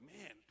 man